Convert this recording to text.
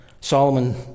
Solomon